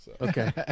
Okay